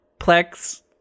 Plex